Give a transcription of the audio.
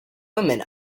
women